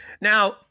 Now